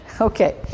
Okay